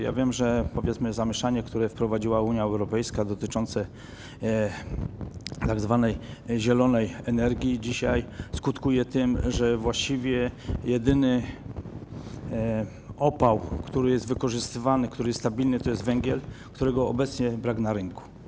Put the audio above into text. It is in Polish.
Ja wiem, że, powiedzmy, zamieszanie, które wprowadziła Unia Europejska, dotyczące tzw. zielonej energii dzisiaj skutkuje tym, że właściwie jedyny opał, który jest wykorzystywany, który jest stabilny, to węgiel, którego obecnie brakuje na rynku.